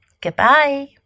Goodbye